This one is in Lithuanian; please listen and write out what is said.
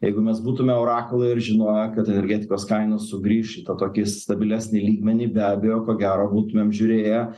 jeigu mes būtume orakulai ir žinoję kad energetikos kainos sugrįš į tą tokį stabilesnį lygmenį be abejo ko gero būtumėm žiūrėję